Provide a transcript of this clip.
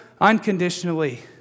unconditionally